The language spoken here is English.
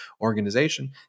organization